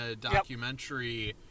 documentary